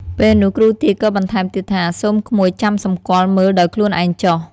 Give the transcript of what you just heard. ពេលនោះគ្រូទាយក៏បន្ថែមទៀតថា សូមក្មួយចាំសម្គាល់មើលដោយខ្លួនឯងចុះ។